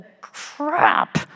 crap